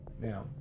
Now